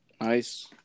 Nice